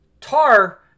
tar